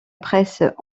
presse